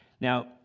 Now